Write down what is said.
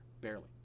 Barely